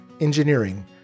engineering